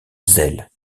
zèle